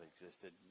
existed